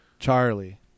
Charlie